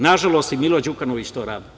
Nažalost, i Milo Đukanović to radi.